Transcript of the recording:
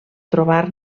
trobar